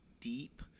deep